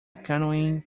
canoeing